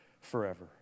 forever